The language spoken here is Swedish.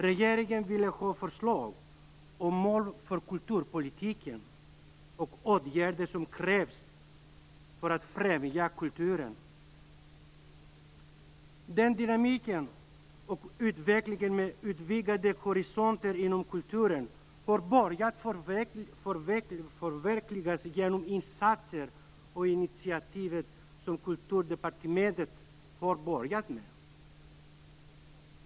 Regeringen ville ha förslag om mål för kulturpolitiken och om åtgärder som krävs för att främja kulturen. Dynamik och utveckling med vidgade horisonter inom kulturen har börjat förverkligas genom de insatser och initiativ som Kulturdepartementet har börjat med.